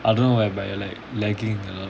I don't know why but you are like lagging a lot